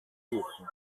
suchen